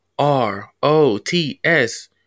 R-O-T-S